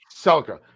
Celica